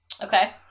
Okay